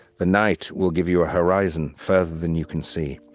the night will give you a horizon further than you can see.